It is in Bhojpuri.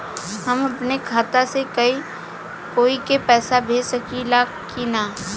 हम अपने खाता से कोई के पैसा भेज सकी ला की ना?